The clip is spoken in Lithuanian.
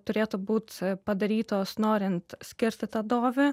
turėtų būt padarytos norint skirti tą dovį